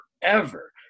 forever